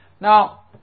Now